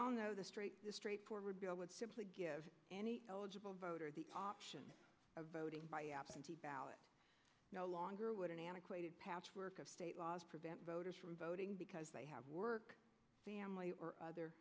all know the straightforward bill would simply give any eligible voter the option of voting by absentee ballot no longer would an antiquated patchwork of state laws prevent voters from voting because they have work family or other